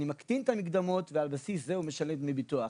אני מקטין את המקדמות ועל בסיס זה הוא משלם דמי ביטוח.